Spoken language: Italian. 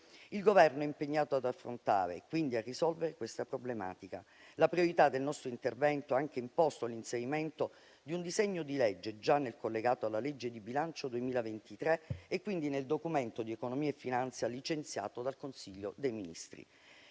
Il Governo è impegnato ad affrontare e quindi a risolvere questa problematica. La priorità del nostro intervento ha anche imposto l'inserimento di un disegno di legge già nel collegato alla legge di bilancio 2023 e quindi nel Documento di economia e finanza licenziato dal Consiglio dei ministri.